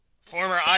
Former